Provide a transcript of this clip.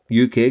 UK